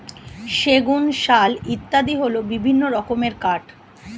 সেগুন, শাল ইত্যাদি হল বিভিন্ন রকমের কাঠ